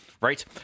Right